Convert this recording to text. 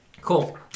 Cool